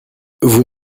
vous